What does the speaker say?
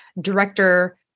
director